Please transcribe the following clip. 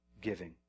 giving